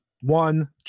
one